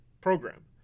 program